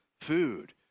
food